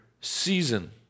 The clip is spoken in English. season